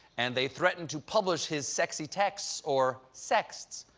and they threatened to publish his sexy texts, or sexts,